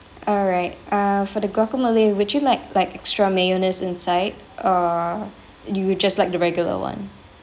alright uh for the guacamole would you like like extra mayonnaise inside or you would just like the regular one